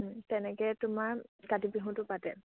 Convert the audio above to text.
তেনেকে তোমাৰ কাতি বিহুটো পাতে